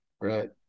Right